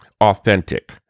authentic